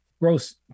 gross